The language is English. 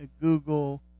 Google